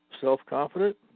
self-confident